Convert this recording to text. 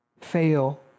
fail